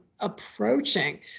approaching